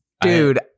Dude